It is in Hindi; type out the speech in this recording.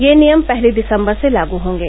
ये नियम पहली दिसम्बर से लागू होंगे